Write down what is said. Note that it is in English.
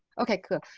okay, cool.